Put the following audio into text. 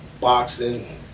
boxing